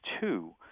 two